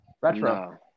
Retro